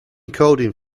coding